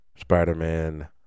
spider-man